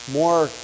more